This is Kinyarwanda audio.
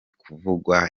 kuvugwa